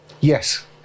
Yes